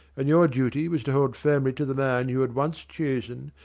and your duty was to hold firmly to the man you had once chosen,